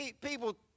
people